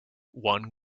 one